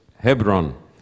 Hebron